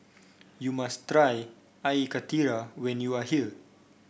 you must try Air Karthira when you are here